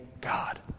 God